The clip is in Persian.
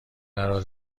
قرار